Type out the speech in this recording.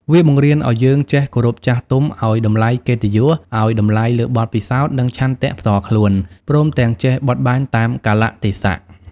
វាបង្រៀនឱ្យយើងចេះ គោរពចាស់ទុំ ឱ្យ តម្លៃកិត្តិយស ឱ្យ តម្លៃលើបទពិសោធន៍ និង ឆន្ទៈផ្ទាល់ខ្លួន ព្រមទាំង ចេះបត់បែនតាមកាលៈទេសៈ។